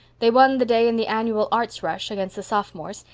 they won the day in the annual arts rush against the sophomores,